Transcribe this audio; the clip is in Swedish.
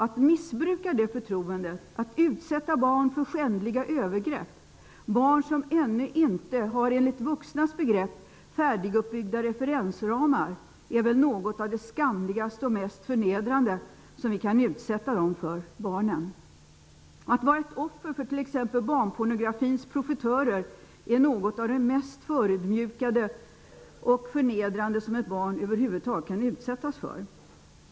Att missbruka det förtroendet och utsätta barn som ännu inte enligt vuxnas begrepp har färdiguppbyggda referensramar för skändliga övergrepp är väl något av det skamligaste och mest förnedrande vi kan göra. Att vara offer för t.ex. barnpornografins profitörer är något av det mest förödmjukande och förnedrande som ett barn överhuvud taget kan utsättas för.